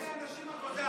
אין לאנשים עבודה,